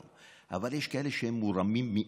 אבל יש כאלה שהם מורמים מעם,